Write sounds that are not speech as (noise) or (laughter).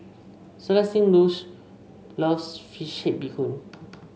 Celestine (unintelligible) loves fish Bee Hoon